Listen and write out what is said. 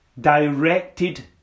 directed